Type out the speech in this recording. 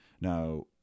Now